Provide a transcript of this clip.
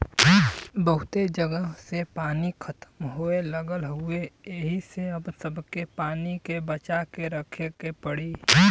बहुते जगह से पानी खतम होये लगल हउवे एही से अब सबके पानी के बचा के रखे के पड़ी